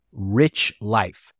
RICHLIFE